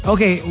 Okay